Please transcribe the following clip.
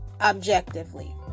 objectively